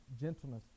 gentleness